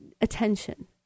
attention